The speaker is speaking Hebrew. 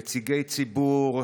נציגי ציבור,